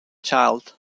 child